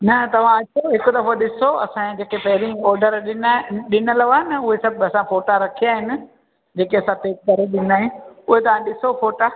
न तव्हां अचो हिक दफ़ो ॾिसो असांजे जेके पहिरियूं ऑर्डर ॾिञा ॾिनल हुआ न उहे सभु असां फोटा रखिया आहिनि जेके असां पहिरियों करे ॾिना आहिनि उहे तव्हां ॾिसो फोटा